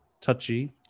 touchy